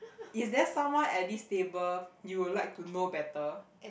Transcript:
is there someone at this table you would like to know better